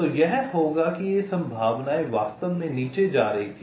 तो यह होगा कि ये संभावनाएं वास्तव में नीचे जा रही थीं